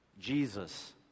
Jesus